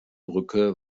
brücke